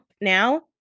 now